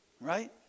Right